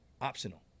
optional